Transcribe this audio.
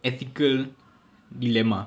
ethical dilemma